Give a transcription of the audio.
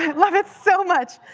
love it so much.